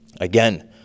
Again